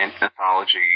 anthology